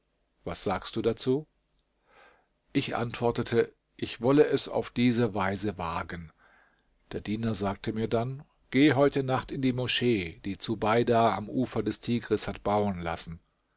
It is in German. was sagst du dazu ich antwortete ich wolle es auf diese weise wagen der diener sagte mir dann geh heute nacht in die moschee die zubeida am ufer des tigris hat bauen lassen